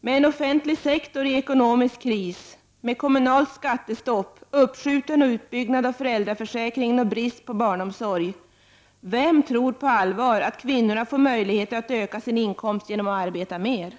Med en offentlig sektor i ekonomisk kris, kommunalt skattestopp, uppskjuten utbyggnad av föräldraförsäkringen och brist på barnomsorg; vem tror på allvar att kvinnorna då får en möjlighet att arbeta mer?